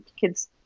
kids